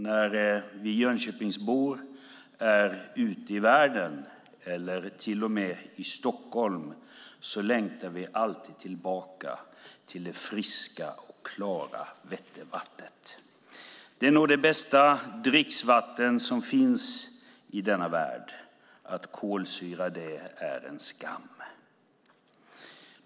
När vi Jönköpingsbor är ute i världen eller till och med i Stockholm längtar vi alltid tillbaka till det friska och klara Vättervattnet. Det är nog det bästa dricksvatten som finns i denna värld. Att kolsyra det är en skam.